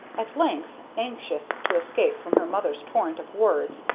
at length, anxious to escape from her mother's torrent of words,